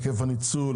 היקף הניצול,